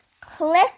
click